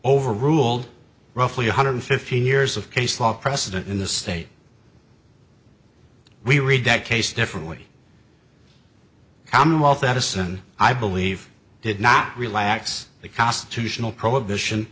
over ruled roughly one hundred fifteen years of case law precedent in the state we read that case differently commonwealth edison i believe did not relax the constitutional prohibition